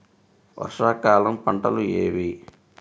వర్షాకాలం పంటలు ఏవి?